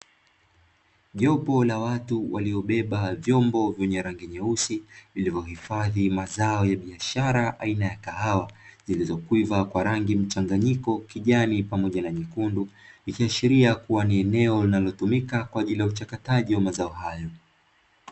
Jopo la watu waliobeba vyombo vyenye rangi nyeusi, vilivyohifadhi mazao ya biashara aina ya kahawa zilizokwiva kwa rangi mchanganyiko kijani pamoja na nyekundu ikiashiria kuwa ni eneo linalotumika kwa ajili ya uchakataji wa mazo hayo.